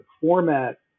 format